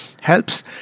helps